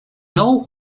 know